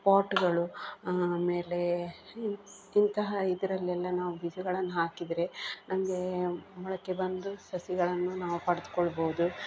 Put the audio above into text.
ಪಾಟ್ಗಳು ಆಮೇಲೆ ಇಂತ ಇಂತಹ ಇದರಲ್ಲೆಲ್ಲ ನಾವು ಬೀಜಗಳನ್ನು ಹಾಕಿದರೆ ನಮ್ಗೆ ಮೊಳಕೆ ಬಂದು ಸಸಿಗಳನ್ನು ನಾವು ಪಡೆದ್ಕೊಳ್ಬೋದು